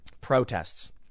Protests